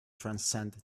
transcend